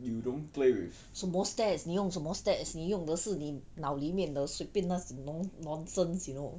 什么 stats 你用什么 stats 你用的是你脑里面的随便那种 non~ nonsense you know